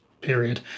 period